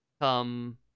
Come